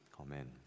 amen